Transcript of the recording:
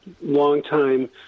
longtime